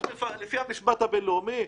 לפי המשפט הבין-לאומי,